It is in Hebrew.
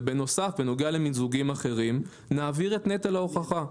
ובנוסף בנוגע למיזוגים אחרים נעביר את נטל ההוכחה.